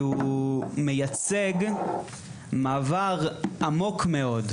הוא מייצג מעבר עמוק מאוד,